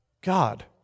God